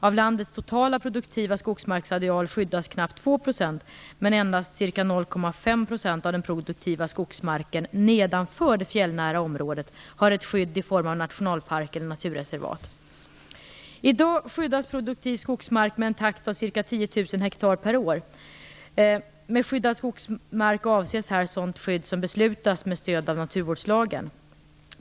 Av landets totala produktiva skogsmarksareal skyddas knappt 2 %, medan endast ca 0,5 % av den produktiva skogsmarken nedanför det fjällnära området har ett skydd i form av nationalpark eller naturreservat. I dag skyddas produktiv skogsmark med en takt av ca 10 000 ha per år. Med skyddad skogsmark avses här sådant skydd som beslutas med stöd av naturvårdslagen.